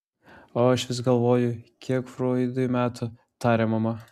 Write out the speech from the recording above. o aš vis galvoju kiek froidui metų tarė mama